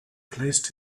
placed